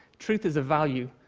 truth is a value.